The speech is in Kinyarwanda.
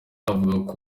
avuga